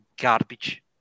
garbage